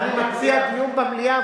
אני מציע דיון במליאה,